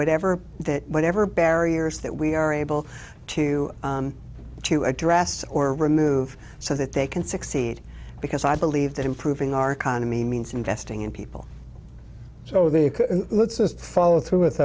whatever that whatever barriers that we are able to to address or remove so that they can succeed because i believe that improving our economy means investing in people so that you could follow through with